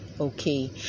Okay